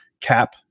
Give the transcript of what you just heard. cap